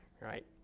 right